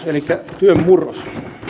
elikkä työn murros